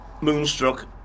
Moonstruck